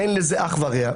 אין לזה אח ורע.